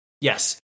Yes